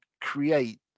create